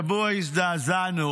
השבוע הזדעזענו